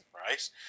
right